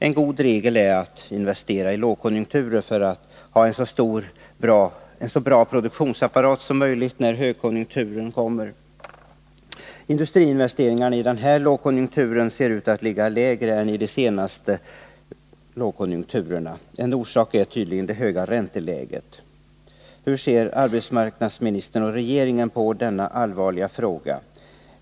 En god regel är att investera under en lågkonjunktur för att ha en så bra produktionsapparat som möjligt när högkonjunkturen kommer. Industriinvesteringarna i denna lågkonjunktur ser ut att ligga sämre än under de senaste lågkonjunkturerna. En orsak är tydligen det höga ränteläget. Hur ser arbetsmarknadsministern och regeringen på denna allvarliga fråga?